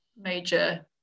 major